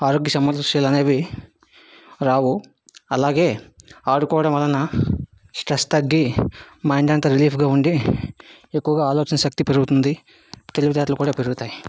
ఆరోగ్య సమస్యలనేవి రావు అలాగే ఆడుకోవడం వలన స్ట్రెస్ తగ్గి మైండ్ అంతా రిలీఫ్గా ఉండి ఎక్కువగా ఆలోచన శక్తి పెరుగుతుంది తెలివితేటలు కూడా పెరుగుతాయి